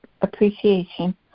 appreciation